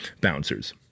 bouncers